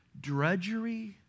drudgery